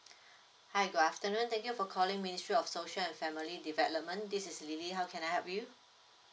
hi good afternoon thank you for calling ministry of social and family development this is lily how can I help you